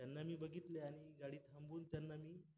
त्यांना मी बघितले आणि गाडी थांबवून त्यांना मी